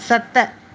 सत